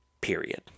Period